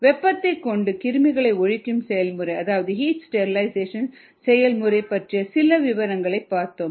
வெப்பத்தைக் கொண்டு கிருமிகளை ஒழிக்கும் செயல்முறை அதாவது ஹீட் ஸ்டெரிலைசேஷன் செயல்முறை பற்றிய சில விவரங்களை பார்த்தோம்